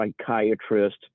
psychiatrist